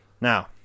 Now